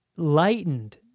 lightened